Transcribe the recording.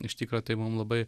iš tikro tai mum labai